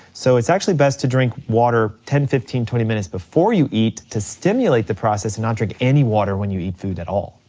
so it's actually best to drink water ten, fifteen, twenty minutes before you eat to stimulate the process not drink any water when you eat food at all.